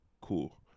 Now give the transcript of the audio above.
Cool